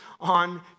on